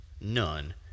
none